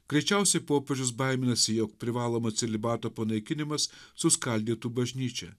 greičiausiai popiežius baiminasi jog privalomo celibato panaikinimas suskaldytų bažnyčią